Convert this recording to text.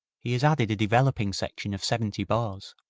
he has added a developing section of seventy bars.